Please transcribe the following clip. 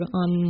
on